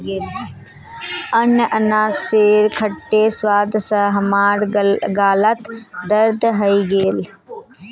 अनन्नासेर खट्टे स्वाद स हमार गालत दर्द हइ गेले